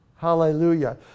Hallelujah